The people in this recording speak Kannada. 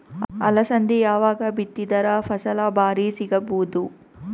ಅಲಸಂದಿ ಯಾವಾಗ ಬಿತ್ತಿದರ ಫಸಲ ಭಾರಿ ಸಿಗಭೂದು?